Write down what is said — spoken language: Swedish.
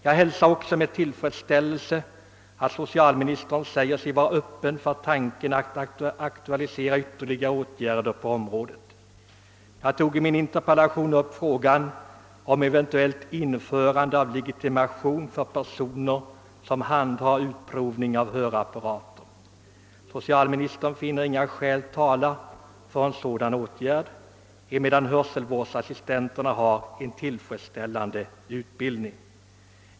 Jag hälsar också med tillfredsställelse att socialministern säger sig vara öppen för tanken att aktualisera ytterligare åtgärder på området. Jag tog i min interpellation upp frågan om eventuellt införande av legitimation för personer som handhar utprovning av hörapparater. Socialministern finner inga skäl tala för en sådan åtgärd, emedan hörselvårdsassistenterna har en tillfredsställande utbildning.